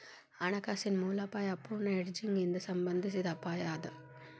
ಹಣಕಾಸಿನ ಮೂಲ ಅಪಾಯಾ ಅಪೂರ್ಣ ಹೆಡ್ಜಿಂಗ್ ಇಂದಾ ಸಂಬಂಧಿಸಿದ್ ಅಪಾಯ ಅದ